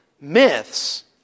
myths